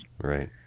Right